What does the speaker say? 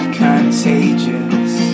contagious